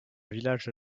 village